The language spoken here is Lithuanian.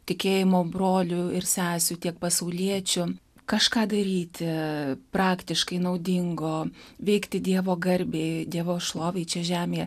tikėjimo brolių ir sesių tiek pasauliečių kažką daryti praktiškai naudingo veikti dievo garbei dievo šlovei čia žemėje